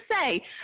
say